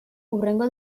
hurrengo